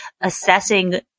assessing